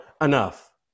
enough